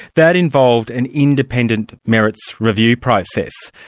that involved an independent merits review process.